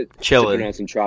Chilling